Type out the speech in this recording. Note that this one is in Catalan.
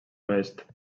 oest